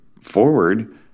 forward